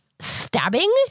Stabbing